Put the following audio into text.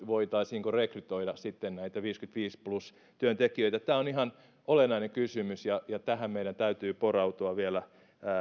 voitaisiinko rekrytoida sitten näitä viisikymmentäviisi plus työntekijöitä tämä on ihan olennainen kysymys ja ja tähän meidän täytyy porautua vielä